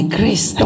grace